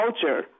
culture